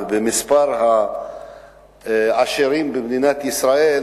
ומספר העשירים במדינת ישראל,